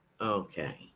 Okay